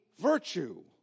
virtue